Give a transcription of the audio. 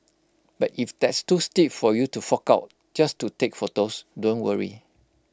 but if that's too stiff for you to fork out just to take photos don't worry